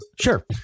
Sure